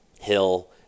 hill